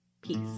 peace